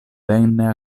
venne